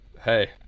Hey